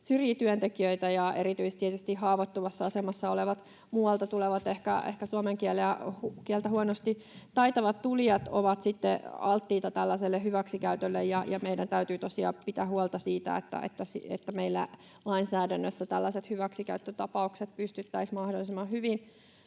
syrjii työntekijöitä. Ja erityisesti tietysti haavoittuvassa asemassa olevat, muualta tulevat, ehkä suomen kieltä huonosti taitavat tulijat ovat sitten alttiita tällaiselle hyväksikäytölle. Meidän täytyy tosiaan pitää huolta siitä, että meillä lainsäädännössä tällaiset hyväksikäyttötapaukset pystyttäisiin mahdollisimman hyvin